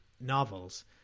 novels